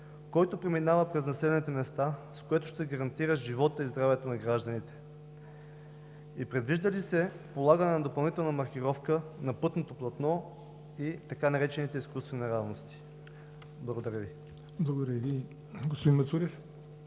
който преминава през населените места, с което ще се гарантират животът и здравето на гражданите? Предвижда ли се полагане на допълнителна маркировка на пътното платно и така наречените изкуствени неравности? Благодаря Ви. ПРЕДСЕДАТЕЛ ЯВОР НОТЕВ: Благодаря Ви, господин Мацурев.